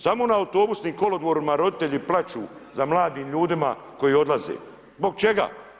Samo na autobusnim kolodvorima, roditelji plaću za mladim ljudima koji odlaze, zbog, čega?